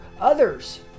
Others